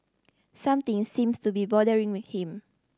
something seems to be bothering him